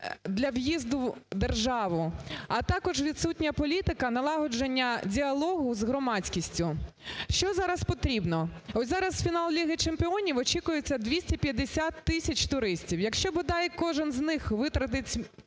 для в'їзду в державу, а також відсутня політика налагодження діалогу з громадськістю. Що зараз потрібно? От зараз в фінал Ліги чемпіонів очікується 250 тисяч туристів. Якщо бодай кожен з них витратить